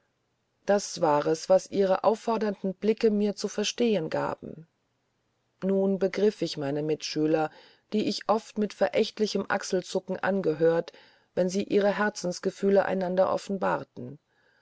das war es was ihre auffordernden blicke mir zu verstehen gaben nun begriff ich meine mitschüler die ich oft mit verächtlichem achselzucken angehört wenn sie ihre herzensgefühle einander